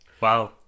wow